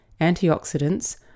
antioxidants